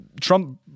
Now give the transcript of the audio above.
Trump